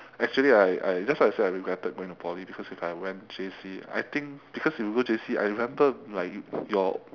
actually I I'd just like to say I regretted going to poly because if I had went J_C I think because if you go J_C I remember like your